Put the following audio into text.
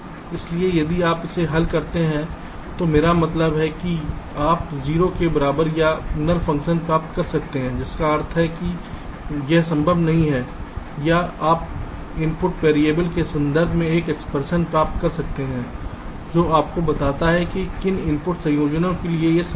इसलिए यदि आप इसे हल करते हैं तो मेरा मतलब है कि आप 0 के बराबर या नल फ़ंक्शन प्राप्त कर सकते हैं जिसका अर्थ है कि यह संभव नहीं है या आप इनपुट वेरिएबल के संदर्भ में एक एक्सप्रेशन प्राप्त कर सकते हैं जो आपको बताता है कि किन इनपुट संयोजनों के लिए यह संभव है